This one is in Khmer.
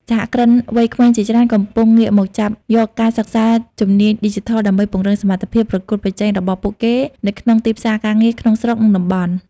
សហគ្រិនវ័យក្មេងជាច្រើនកំពុងងាកមកចាប់យកការសិក្សាជំនាញឌីជីថល ដើម្បីពង្រឹងសមត្ថភាពប្រកួតប្រជែងរបស់ពួកគេនៅក្នុងទីផ្សារការងារក្នុងស្រុក និងតំបន់។